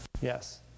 Yes